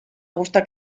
gusta